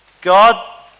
God